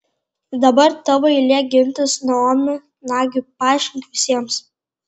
dabar tavo eilė gintis naomi nagi paaiškink visiems